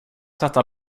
sätta